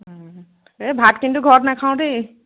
এই ভাত কিন্তু ঘৰত নাখাওঁ দেই